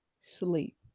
sleep